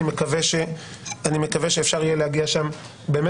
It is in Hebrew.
אני מקווה שאפשר יהיה להגיע שם באמת